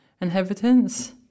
inhabitants